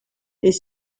est